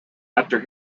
after